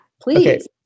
please